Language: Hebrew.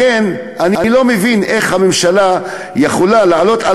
לכן אני לא מבין איך הממשלה יכולה להעלות על